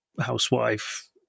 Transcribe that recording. housewife